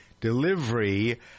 delivery